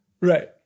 Right